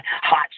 hot